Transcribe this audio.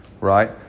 right